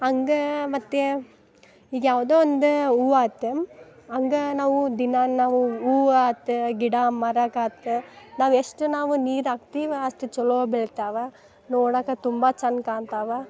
ಹಂಗೆ ಮತ್ತು ಈಗ ಯಾವುದೋ ಒಂದೇ ಹೂವ ಆತ ಹಂಗ ನಾವು ದಿನ ನಾವು ಹೂ ಆತೆ ಗಿಡ ಮರಕಾತ ನಾವು ಎಷ್ಟು ನಾವು ನೀರು ಹಾಕ್ತೀವ ಅಷ್ಟು ಚಲೋ ಬೆಳಿತಾವ ನೋಡಾಕ ತುಂಬ ಚಂದ ಕಾಣ್ತಾವ